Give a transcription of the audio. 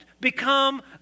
become